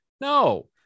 No